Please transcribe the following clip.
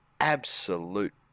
absolute